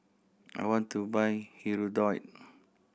I want to buy Hirudoid